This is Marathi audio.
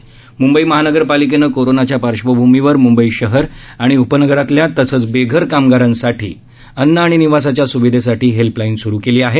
म्ंबई महानगरपालिकेनं कोरोनाच्या पार्श्वभूमीवर मुंबई शहर आणि उपनगरांतल्या बेघर तसंच कामगारांसाठी अन्न आणि निवासाच्या स्विधिसाठी हेल्पलाईन स्रु केली आहे